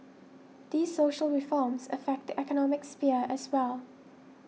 these social reforms affect the economic sphere as well